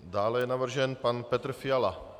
Dále je navržen pan Petr Fiala.